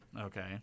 Okay